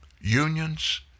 unions